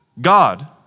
God